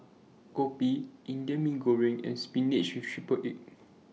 Kopi Indian Mee Goreng and Spinach with Triple Egg